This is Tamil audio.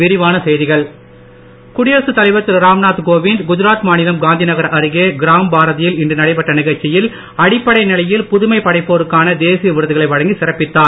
விருது குடியரசு தலைவர் திரு ராம்நாத் கோவிந்த் குஜராத் மாநிலம் காந்தி நகர் அருகே கிராம்பாரதியில் இன்று நடைபெற்ற நிகழ்ச்சியில் அடிப்படை நிலையில் புதுமை படைப்போருக்கான தேசிய விருதுகளை வழங்கி சிறப்பித்தார்